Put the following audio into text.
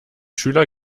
schüler